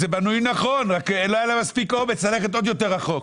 זה בנוי נכון אלא אין להם מספיק אומץ ללכת עוד יותר רחוק.